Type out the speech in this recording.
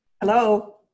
Hello